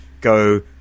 go